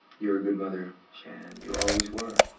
you're a good mother, shannon. you always were.